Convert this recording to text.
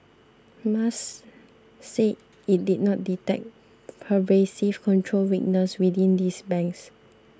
M A S said it did not detect pervasive control weaknesses within these banks